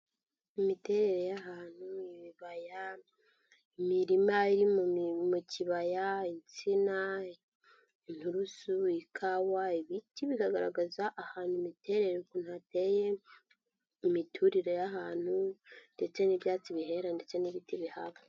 Imiterere y'ahantu, ibibaya, imirima iri mu kibaya, insina, inturusu, ikawa, ibiti bikagaragaza ahantu imiterere ukuntu hateye, imiturire y'ahantu ndetse n'ibyatsi bihera ndetse n'ibiti bihaba.